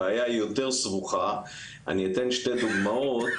הבעיה יותר סבוכה ואני אתן שתי דוגמאות.